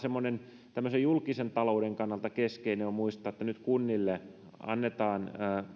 julkisen talouden kannalta keskeistä on muistaa että nyt kunnille annetaan